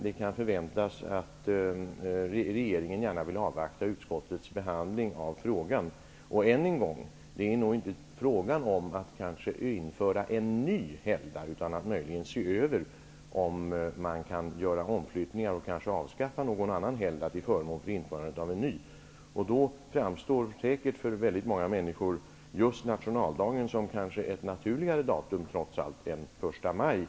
Det kan förväntas att regeringen vill avvakta utskottets behandling av frågan. Och än en gång: Det är kanske inte fråga om att införa en ny helgdag, utan att möjligen se över om man kan göra omflyttningar och eventuellt avskaffa någon annan helgdag till förmån för införandet av en ny. Då framstår säkert för väldigt många människor just nationaldagen trots allt som mer naturligt än Första maj.